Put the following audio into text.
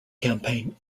campaign